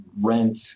rent